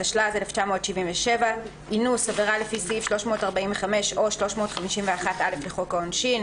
התשל"ז 1977‏ ; "אינוס" עבירה לפי סעיף 345 או 351(א) לחוק העונשין"